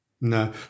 no